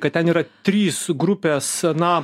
kad ten yra trys grupės na